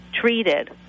treated